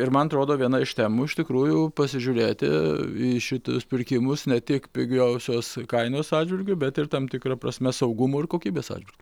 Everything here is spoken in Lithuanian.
ir man atrodo viena iš temų iš tikrųjų pasižiūrėti į šitus pirkimus ne tiek pigiausios kainos atžvilgiu bet ir tam tikra prasme saugumo ir kokybės atžvilgiu